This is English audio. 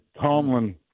Tomlin